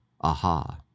Aha